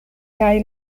kaj